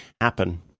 happen